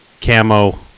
camo